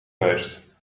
vuist